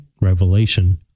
Revelation